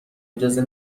اجازه